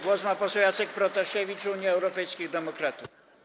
Głos ma poseł Jacek Protasiewicz, Unia Europejskich Demokratów.